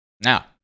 Now